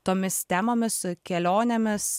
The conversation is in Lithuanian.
tomis temomis kelionėmis